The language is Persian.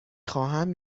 خواهم